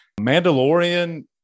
Mandalorian